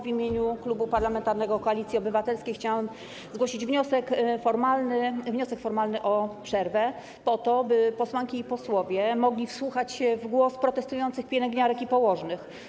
W imieniu Klubu Parlamentarnego Koalicja Obywatelska chciałam zgłosić wniosek formalny o przerwę po to, by posłanki i posłowie mogli wsłuchać się w głos protestujących pielęgniarek i położnych.